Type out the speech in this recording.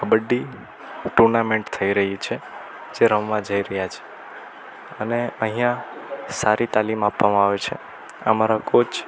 kabaddi tournament થઈ રઈ છે જે રમવા જઈ રહ્યા છે અને અહિયા સારી તાલીમ આપવામાં આવે છે અમારા કોચ